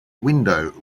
window